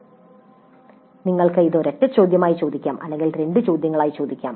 " ഞങ്ങൾക്ക് ഇത് ഒരൊറ്റ ചോദ്യമായി ചോദിക്കാം അല്ലെങ്കിൽ രണ്ട് ചോദ്യങ്ങളായി വിഭജിക്കാം